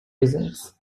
reasons